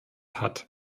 hat